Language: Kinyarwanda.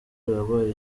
wabaye